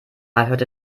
hörte